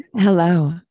Hello